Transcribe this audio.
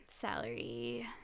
salary